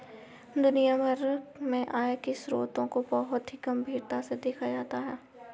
दुनिया भर में आय के स्रोतों को बहुत ही गम्भीरता से देखा जाता है